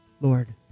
Lord